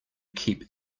keep